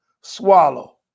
swallow